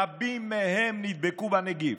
רבים מהם נדבקו בנגיף,